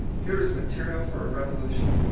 here is material for a revolution.